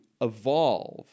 evolve